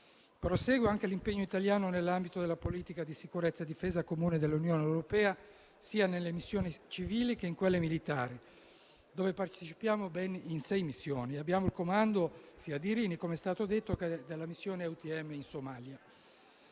Prosegue anche l'impegno italiano nell'ambito della politica di sicurezza e difesa comune dell'Unione europea sia nelle missioni civili che in quelle militari, dove partecipiamo ben in sei missioni. Abbiamo il comando sia di Irini, come è stato detto, che della missione EUTM in Somalia.